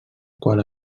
qual